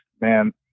Man